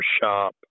shop